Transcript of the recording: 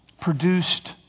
produced